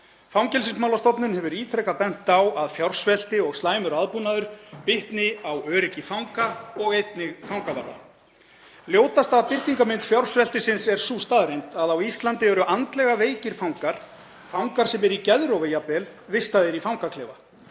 Fangelsismálastofnun hefur ítrekað bent á að fjársvelti og slæmur aðbúnaður bitni á öryggi fanga og einnig fangavarða. Ljótasta birtingarmynd fjársveltisins er sú staðreynd að á Íslandi eru andlega veikir fangar, fangar sem eru í geðrofi jafnvel, vistaðir í fangaklefa.